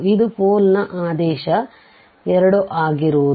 ಇದು ಪೋಲ್ ನ ಆದೇಶ 2 ಆಗಿರುವುದು